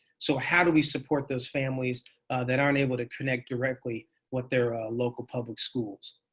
so how do we support those families that aren't able to connect directly with their local public schools?